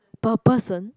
per person